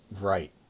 Right